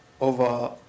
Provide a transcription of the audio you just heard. over